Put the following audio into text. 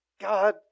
God